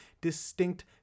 distinct